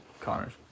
Connors